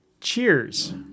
cheers